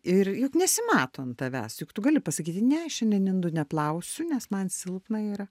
ir juk nesimato ant tavęs juk tu gali pasakyti ne šiandien indų neplausiu nes man silpna yra